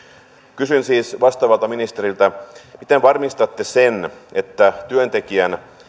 kysyn siis vastaavalta ministeriltä miten varmistatte sen että työntekijän